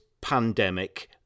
pandemic